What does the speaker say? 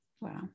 Wow